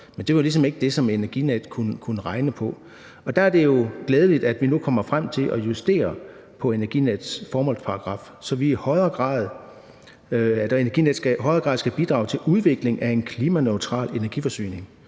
Men det var ligesom ikke det, som Energinet kunne regne på. Der er det jo glædeligt, at vi nu kommer frem til at justere på Energinets formålsparagraf, så Energinet i højere grad skal bidrage til udviklingen af en klimaneutral energiforsyning.